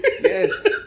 yes